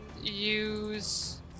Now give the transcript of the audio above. use